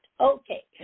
Okay